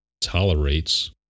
tolerates